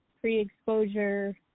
pre-exposure